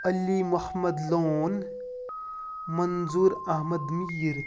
Ali Mohammad Lone Manzoor Ahmad Mir